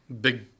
Big